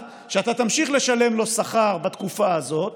שאתה תמשיך לשלם לו שכר בתקופה הזו,